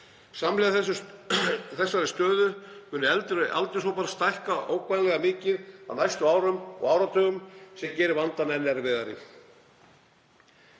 Samhliða þessari stöðu munu eldri aldurshópar stækka ógnvænlega mikið á næstu árum og áratugum sem gerir vandann enn erfiðari.